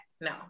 No